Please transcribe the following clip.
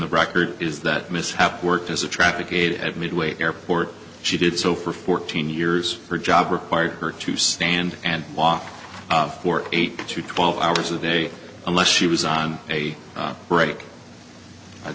the record is that mishap worked as a traffic aide at midway airport she did so for fourteen years her job required her to stand and walk for eight to twelve hours a day unless she was on a break